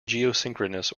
geosynchronous